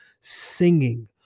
singing